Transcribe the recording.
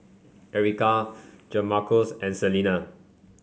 Erika Jamarcus and Selina